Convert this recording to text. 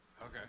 Okay